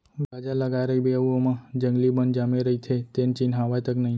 गाजर लगाए रइबे अउ ओमा जंगली बन जामे रइथे तेन चिन्हावय तक नई